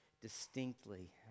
distinctly